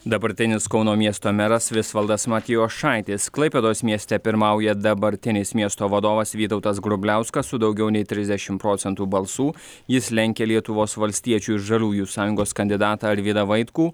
dabartinis kauno miesto meras visvaldas matijošaitis klaipėdos mieste pirmauja dabartinis miesto vadovas vytautas grubliauskas su daugiau nei trisdešimt procentų balsų jis lenkia lietuvos valstiečių ir žaliųjų sąjungos kandidatą arvydą vaitkų